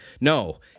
No